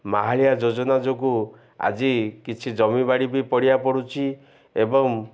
ମାହାଳିଆ ଯୋଜନା ଯୋଗୁଁ ଆଜି କିଛି ଜମିିବାଡ଼ି ବି ପଡ଼ିଆ ପଡ଼ୁଛିି ଏବଂ